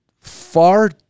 far